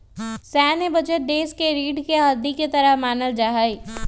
सैन्य बजट देश के रीढ़ के हड्डी के तरह मानल जा हई